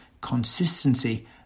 Consistency